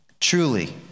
Truly